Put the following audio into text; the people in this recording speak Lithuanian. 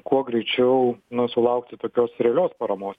kuo greičiau na sulaukti tokios realios paramos